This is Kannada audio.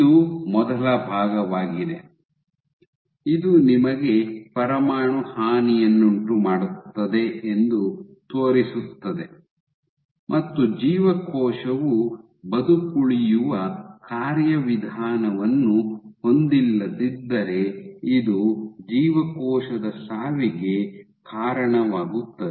ಇದು ಮೊದಲ ಭಾಗವಾಗಿದೆ ಇದು ನಿಮಗೆ ಪರಮಾಣು ಹಾನಿಯನ್ನುಂಟುಮಾಡುತ್ತದೆ ಎಂದು ತೋರಿಸುತ್ತದೆ ಮತ್ತು ಜೀವಕೋಶವು ಬದುಕುಳಿಯುವ ಕಾರ್ಯವಿಧಾನವನ್ನು ಹೊಂದಿಲ್ಲದಿದ್ದರೆ ಇದು ಜೀವಕೋಶದ ಸಾವಿಗೆ ಕಾರಣವಾಗುತ್ತದೆ